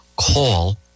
call